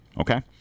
okay